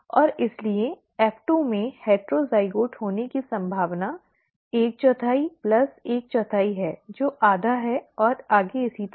और इसलिए F2 में हेटरोज़ाइगोट होने की संभावना ¼ ¼ है जो आधा है और आगे इसी तरह